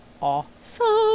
awesome